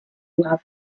lava